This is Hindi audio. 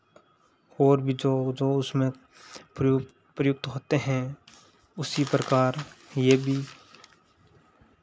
और बी जो जो उसमें प्रयुक्त होते हैं उसी प्रकार यह भी